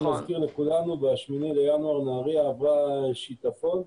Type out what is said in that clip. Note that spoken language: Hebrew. אני מזכיר לכולנו, ב-8 בינואר נהריה עברה שיטפון,